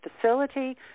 facility